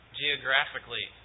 geographically